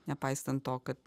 nepaisant to kad